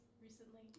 recently